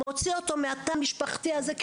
מוציא אותו מהתא המשפחתי הזה,